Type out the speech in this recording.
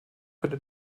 könnte